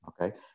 okay